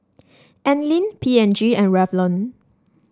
Anlene P and G and Revlon